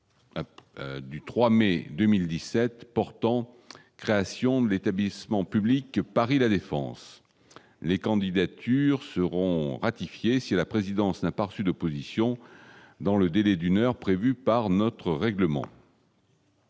Du 3 mai 2017 portant création de l'établissement public Paris La Défense, les candidatures seront ratifiées si la présidence n'a pas reçu d'opposition dans le délai d'une heure prévue par notre règlement.